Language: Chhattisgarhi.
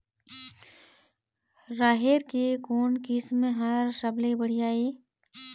राहेर के कोन किस्म हर सबले बढ़िया ये?